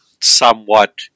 somewhat